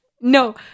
No